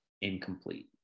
incomplete